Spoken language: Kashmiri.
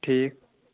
ٹھیٖک